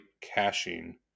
caching